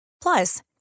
Plus